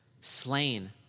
slain